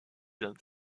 dans